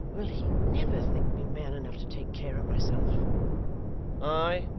will he never think me man enough to take care of myself aye!